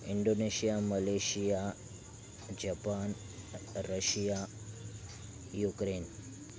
Indonesia Malaysia Japan Russia Ukraine